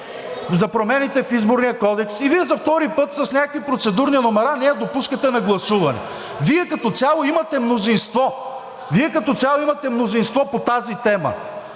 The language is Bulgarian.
за промените в Изборния кодекс, и Вие за втори път с някакви процедурни номера не я допускате на гласуване. Вие като цяло имате мнозинство. Вие като цяло имате мнозинство по тази тема